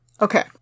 Okay